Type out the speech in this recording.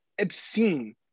obscene